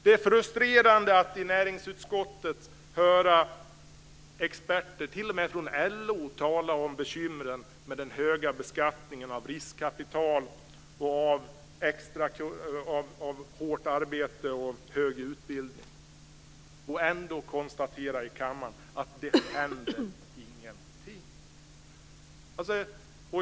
Det är frustrerande att i näringsutskottet höra experter t.o.m. från LO tala om bekymren med den höga beskattningen av riskkapital, av hårt arbete och hög utbildning och ändå i kammaren behöva konstatera att ingenting händer.